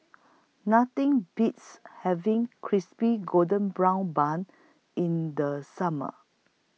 Nothing Beats having Crispy Golden Brown Bun in The Summer